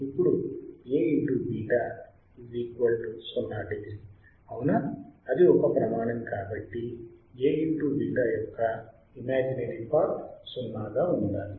ఇప్పుడు A β 0 degree అవునా అది ఒక ప్రమాణం కాబట్టి Aβ యొక్క ఇమాజినరీ పార్ట్ 0 గా ఉండాలి